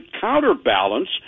counterbalance